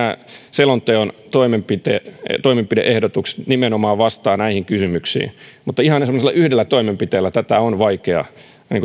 selonteon toimenpide ehdotukset nimenomaan vastaavat näihin kysymyksiin mutta ihan semmoisella yhdellä toimenpiteellä tätä on vaikea